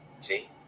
See